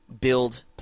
build